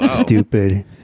stupid